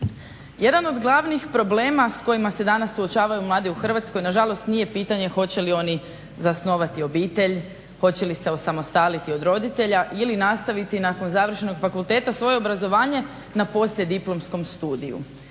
Jedan od glavnih problema s kojima se danas suočavaju mladi u Hrvatskoj na žalost nije pitanje hoće li oni zasnovati obitelj, hoće li se osamostaliti od roditelja ili nastaviti nakon završenog fakulteta svoje obrazovanje na poslije diplomskom studiju.